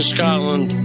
Scotland